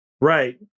Right